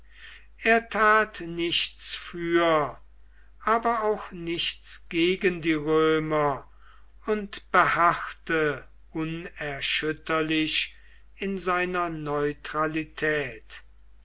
er tat nichts für aber auch nichts gegen die römer und beharrte unerschütterlich in seiner neutralität